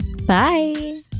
Bye